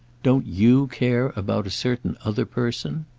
don't you care about a certain other person?